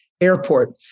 airport